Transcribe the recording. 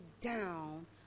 down